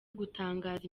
gutangaza